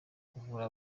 kuvura